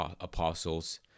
apostles